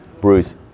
Bruce